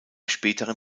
späteren